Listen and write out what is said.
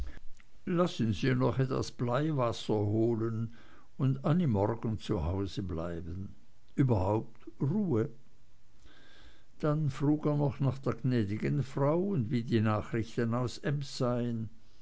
lassen sie noch etwas bleiwasser holen und annie morgen zu hause bleiben überhaupt ruhe dann fragte er noch nach der gnädigen frau und wie die nachrichten aus ems seien